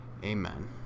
amen